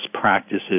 practices